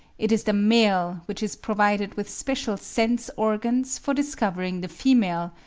it is the male which is provided with special sense-organs for discovering the female,